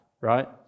right